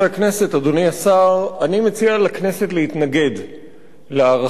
אני מציע לכנסת להתנגד להארכת הוראת השעה הזאת.